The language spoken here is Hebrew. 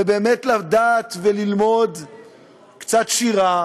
ובאמת לדעת וללמוד קצת שירה